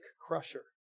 crusher